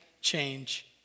change